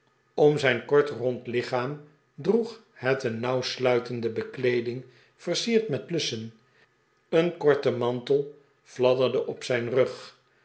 om zijn kort rond lichaam droeg het een nauwsluitende bekleeding versierd met lussen een korte mantel fladderde op zijn rug